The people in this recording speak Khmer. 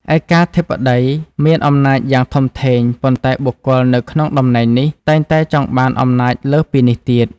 ឯកាធិបតីមានអំណាចយ៉ាងធំធេង ប៉ុន្តែបុគ្គលនៅក្នុងតំណែងនេះតែងតែចង់បានអំណាចលើសពីនេះទៀត។